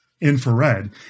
infrared